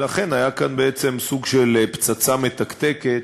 ולכן היה כאן בעצם סוג של פצצה מתקתקת,